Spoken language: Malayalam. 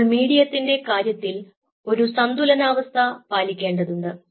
അപ്പോൾ മീഡിയത്തിൻറെ കാര്യത്തിൽ ഒരു സന്തുലനാവസ്ഥ പാലിക്കേണ്ടതുണ്ട്